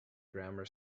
grammar